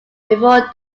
before